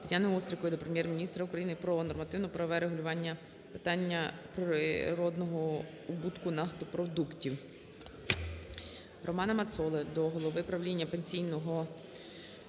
Тетяни Острікової до Прем'єр-міністра України про нормативно-правове врегулювання питання природного убутку нафтопродуктів. Романа Мацоли до голови правління Пенсійного